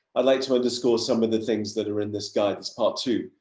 i'd like to underscore some of the things that are in this guy. that's part two,